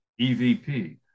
EVP